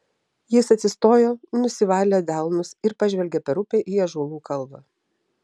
jis atsistojo nusivalė delnus ir pažvelgė per upę į ąžuolų kalvą